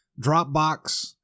Dropbox